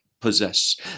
Possess